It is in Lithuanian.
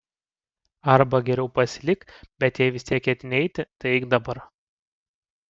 arba geriau pasilik bet jei vis tiek ketini eiti tai eik dabar